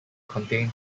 contain